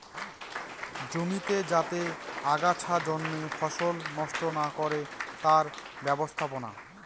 জমিতে যাতে আগাছা জন্মে ফসল নষ্ট না করে তার ব্যবস্থাপনা